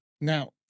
Now